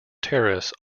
terrace